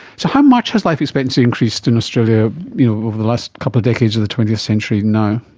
so how much has life expectancy increased in australia you know over the last couple of decades of the twentieth century now?